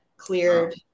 cleared